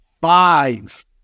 Five